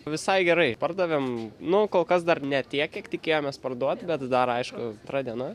visai gerai pardavėme nu kol kas dar ne tiek kiek tikėjomės parduoti bet dar aišku antra diena